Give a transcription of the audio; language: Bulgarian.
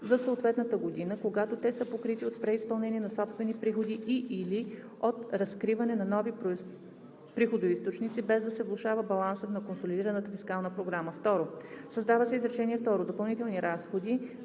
за съответната година, когато те са покрити от преизпълнение на собствени приходи и/или от разкриване на нови приходоизточници, без да се влошава балансът на консолидираната фискална програма“. 2. Създава се изречение второ: „Допълнителни